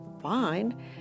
fine